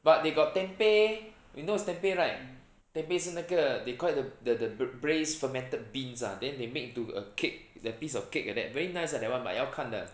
but they got tempeh you know what is tempeh right tempeh 是那个 they call it the the the braised fermented beans ah then they make into a cake is like a piece of cake like that very nice ah that [one] but 要看的